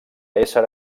ésser